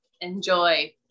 Enjoy